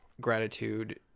Gratitude